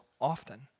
often